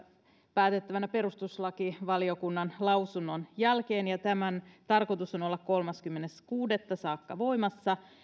päätettävänä perustuslakivaliokunnan lausunnon jälkeen ja tämän tarkoitus on olla kolmaskymmenes kuudetta saakka voimassa